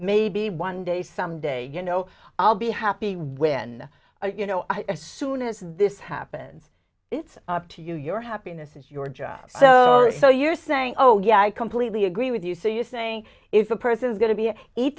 maybe one day some day you know i'll be happy when you know i as soon as this happens it's up to you your happiness is your job so so you're saying oh yeah i completely agree with you so you're saying if a person's going to be eat